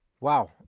wow